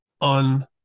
on